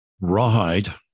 Rawhide